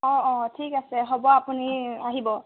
অঁ অঁ ঠিক আছে হ'ব আপুনি আহিব